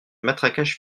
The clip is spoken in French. matraquage